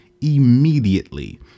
immediately